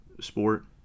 sport